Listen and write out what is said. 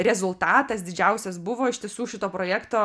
rezultatas didžiausias buvo iš tiesų šito projekto